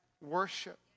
worship